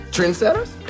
Trendsetters